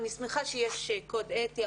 אני שמחה שיש קוד אתי,